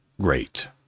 Great